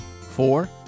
Four